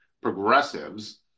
progressives